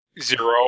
Zero